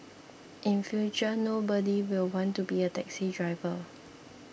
in future nobody will want to be a taxi driver